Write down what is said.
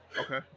Okay